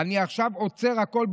אני עכשיו עוצר הכול,